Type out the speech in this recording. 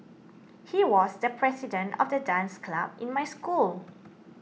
he was the president of the dance club in my school